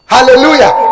Hallelujah